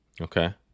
Okay